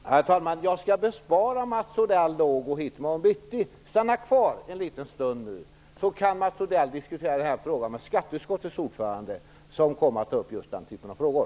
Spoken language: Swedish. Herr talman! Jag skall besvara Mats Odells fråga i morgon bitti. Stanna kvar en liten stund så kan Mats Odell diskutera den här frågan med skatteutskottets ordförande. Han kommer att ta upp just den typen av frågor.